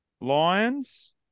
lions